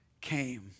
came